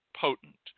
potent